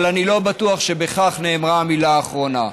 אבל אני לא בטוח שבכך נאמרה המילה האחרונה.